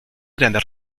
grandes